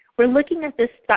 we're looking at this